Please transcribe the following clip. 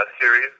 series